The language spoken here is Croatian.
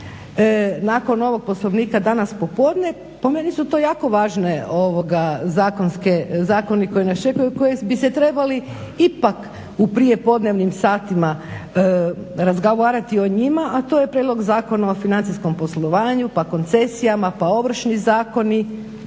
nakon ovog poslovnika danas popodne, po meni su jako važne zakoni koji nas čekaju i koji bi se trebali ipak u prijepodnevnim satima razgovarati o njima, a to je prijedlog Zakona o financijskom poslovanju, pa koncesijama, pa ovršni zakoni,